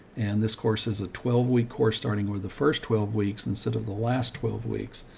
and this course has a twelve week course starting with the first twelve weeks instead of the last twelve weeks.